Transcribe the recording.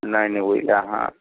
नहि नहि ओहि लऽ अहाँ